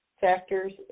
factors